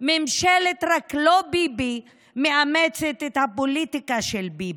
ממשלת "רק לא ביבי" מאמצת את הפוליטיקה של ביבי.